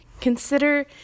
Consider